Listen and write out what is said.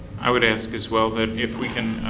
i would ask as well that if we can